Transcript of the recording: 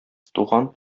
туган